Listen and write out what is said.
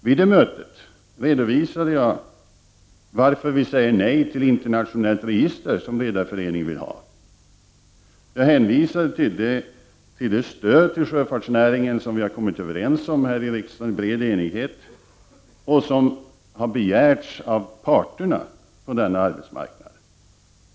Vid det mötet redovisade jag anledningen till att vi säger nej till det internationella register som Redareföreningen vill ha. Jag hänvisade till det stöd till sjöfartsnäringen som vi i bred enighet har kommit överens om här i riksdagen och som har begärts av parterna på denna arbetsmarknad.